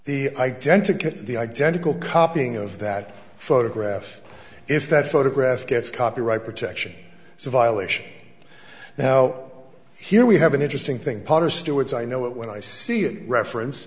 the identical the identical copying of that photograph if that photograph gets copyright protection is a violation now here we have an interesting thing potter stewart's i know it when i see it reference